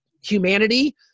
humanity